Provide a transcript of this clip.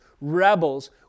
rebels